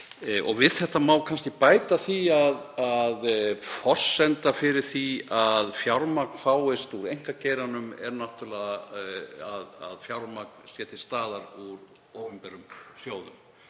Við þetta má kannski bæta að forsenda fyrir því að fjármagn fáist úr einkageiranum er náttúrlega að fjármagn sé til staðar úr opinberum sjóðum.